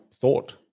thought